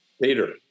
Later